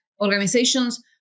organizations